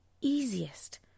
easiest